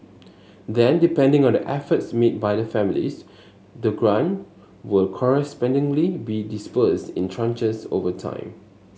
then depending on the efforts made by the families the grant will correspondingly be disbursed in tranches over time